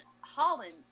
Holland